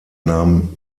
nahm